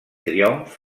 triomf